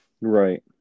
right